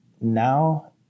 now